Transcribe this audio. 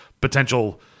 potential